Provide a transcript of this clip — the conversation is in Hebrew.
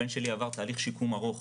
הבן שלי עבר תהליך שיקום ארוך.